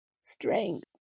strength